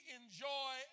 enjoy